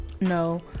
No